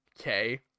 Okay